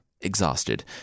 exhausted